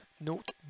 note